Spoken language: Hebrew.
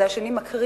אלו השנים הקריטיות.